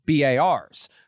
BARs